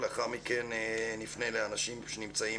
לאחר מכן נפנה לאנשים שנמצאים,